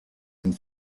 and